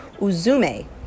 Uzume